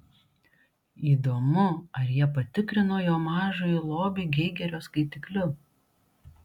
įdomu ar jie patikrino jo mažąjį lobį geigerio skaitikliu